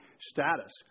status